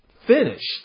Finished